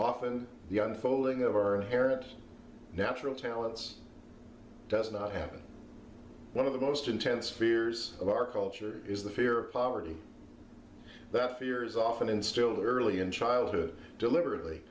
often the unfolding of our characters natural talents does not happen one of the most intense fears of our culture is the fear poverty that fear is often instilled early in childhood deliberately